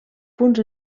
punts